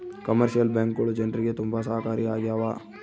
commercial ಬ್ಯಾಂಕ್ಗಳು ಜನ್ರಿಗೆ ತುಂಬಾ ಸಹಾಯಕಾರಿ ಆಗ್ಯಾವ